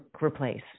replace